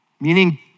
Meaning